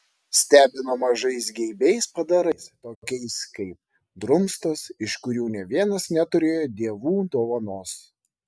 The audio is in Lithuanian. stebino mažais geibiais padarais tokiais kaip drumstas iš kurių nė vienas neturėjo dievų dovanos